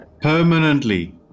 Permanently